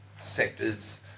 sectors